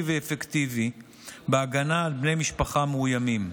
ואפקטיבי בהגנה על בני משפחה מאוימים.